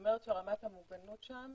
כלומר רמת המוגנות שם